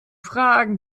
fragen